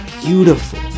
beautiful